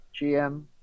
gm